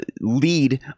lead